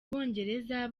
bwongereza